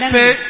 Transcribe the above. pay